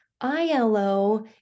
ILO